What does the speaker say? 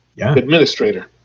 administrator